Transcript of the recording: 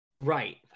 Right